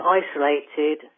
isolated